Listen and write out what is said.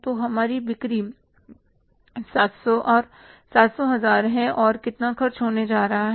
तो हमारी बिक्री 700 और 700 हज़ार है तो कितना खर्च होने वाला है